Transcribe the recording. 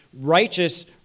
righteous